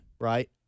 right